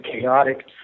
chaotic